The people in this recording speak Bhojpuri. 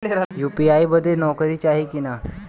यू.पी.आई बदे नौकरी चाही की ना?